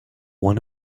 one